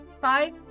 five